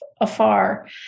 afar